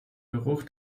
geruch